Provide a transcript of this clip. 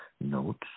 notes